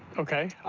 ok.